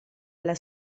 alla